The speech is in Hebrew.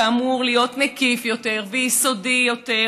כאמור, להיות מקיף יותר ויסודי יותר,